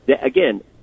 again